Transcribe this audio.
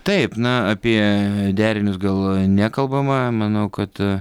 taip na apie derinius gal nekalbama manau kad